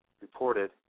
reported